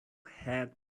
head